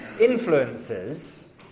influences